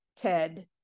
Ted